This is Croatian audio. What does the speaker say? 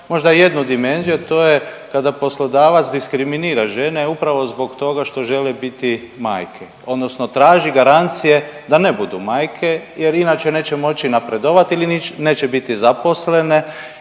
možda jednu dimenziju, a to je kada poslodavac diskriminira žene upravo zbog toga što žele biti majke odnosno traži garancije da ne budu majke jer inače neće moći napredovat ili neće biti zaposlene